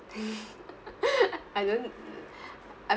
I don't